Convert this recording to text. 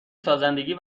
سازندگی